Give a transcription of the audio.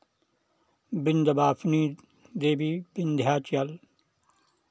Vindhyavasini Devi Vindhyachal